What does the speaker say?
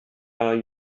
are